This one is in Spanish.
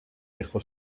dejó